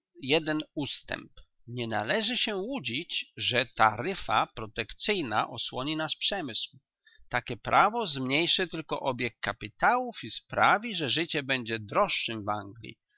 jeden ustęp nie należy się łudzić że taryfa protekcyjna osłoni nasz przemysł takie prawo zmniejszy tylko obieg kapitałów i sprawi że życie będzie droższem w anglii